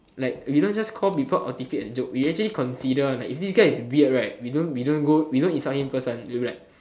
like we don't just call people autistic a joke we actually consider like if this guy is weird right we don't we don't go we don't insult him first one we'll be like